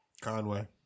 Conway